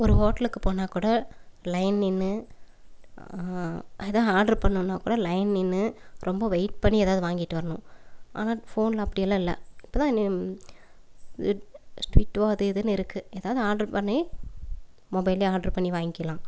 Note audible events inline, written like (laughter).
ஒரு ஹோட்டலுக்கு போனால் கூட லைன் நின்று அதான் ஆர்டர் பண்ணணும்னா கூட லைன் நின்று ரொம்ப வெயிட் பண்ணி ஏதாவது வாங்கிட்டு வரணும் ஆனால் ஃபோன்லாம் அப்டியெல்லாம் இல்லை இப்போ தான் (unintelligible) அது இதுன்னு இருக்குது ஏதாவது ஆர்டர் பண்ணி மொபைல் ஆர்டர் பண்ணி வாங்கிக்கலாம்